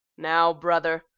now, brother,